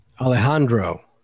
Alejandro